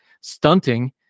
stunting